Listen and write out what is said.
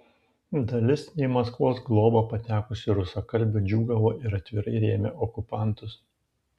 dalis į maskvos globą patekusių rusakalbių džiūgavo ir atvirai rėmė okupantus